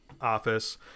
office